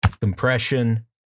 compression